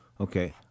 Okay